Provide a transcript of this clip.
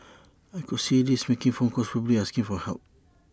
I could see them making phone calls probably asking for help